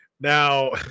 Now